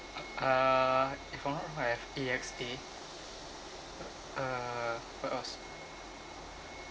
uh if not wrong I have A_X_A uh but was